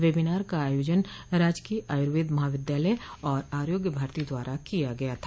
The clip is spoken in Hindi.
वेबिनार का आयोजन राजकीय आयूर्वेद महाविद्यालय और आरोग्य भारती द्वारा किया गया था